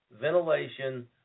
ventilation